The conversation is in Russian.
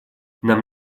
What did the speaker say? нам